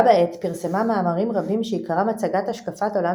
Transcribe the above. בה בעת פרסמה מאמרים רבים שעיקרם הצגת השקפת עולם